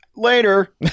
Later